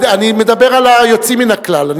אני מדבר על היוצאים מן הכלל.